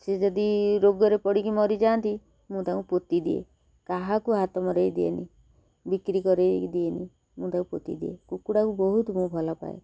ସେ ଯଦି ରୋଗରେ ପଡ଼ିକି ମରିଯାଆନ୍ତି ମୁଁ ତାଙ୍କୁ ପୋତିଦିଏ କାହାକୁ ହାତ ମରାଇ ଦିଏ ନି ବିକ୍ରି କରାଇ ଦିଏ ନି ମୁଁ ତାକୁ ପୋତିଦିଏ କୁକୁଡ଼ାକୁ ବହୁତ ମୁଁ ଭଲ ପାଏ